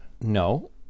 No